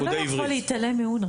אתה לא יכול להתעלם מאונר"א.